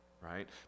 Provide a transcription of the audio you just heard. right